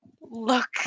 look